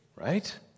right